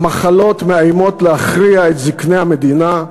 המחלות מאיימות להכריע את זקני המדינה,